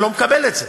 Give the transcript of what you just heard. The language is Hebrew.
אני לא מקבל את זה.